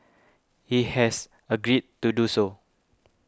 he has agreed to do so